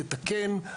תתקן,